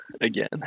again